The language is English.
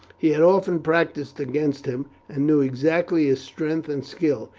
he had often practised against him, and knew exactly his strength and skill.